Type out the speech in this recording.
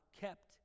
kept